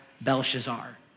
Belshazzar